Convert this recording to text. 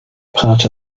part